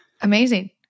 Amazing